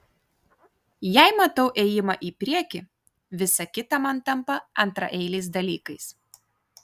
jei matau ėjimą į priekį visa kita man tampa antraeiliais dalykais